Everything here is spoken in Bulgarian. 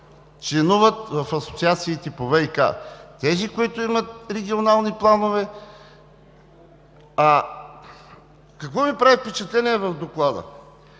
членуват в асоциациите по ВиК, тези, които имат регионални планове. Какво ми прави впечатление в Доклада?